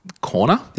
corner